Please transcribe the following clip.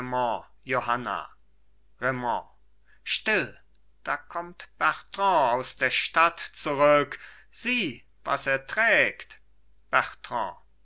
johanna raimond still da kommt bertrand aus der stadt zurück sieh was er trägt